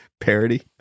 Parody